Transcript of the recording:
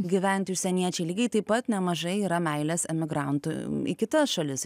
gyventi užsieniečiai lygiai taip pat nemažai yra meilės emigrantų į kitas šalis